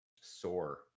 sore